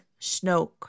Snoke